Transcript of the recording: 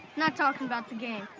not talking about the game.